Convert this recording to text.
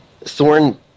Thorn